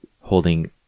holding